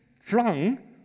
flung